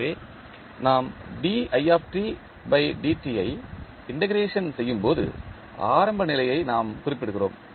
எனவே நாம் I integration செய்யும் போது ஆரம்ப நிலையை நாம் குறிப்பிடுகிறோம்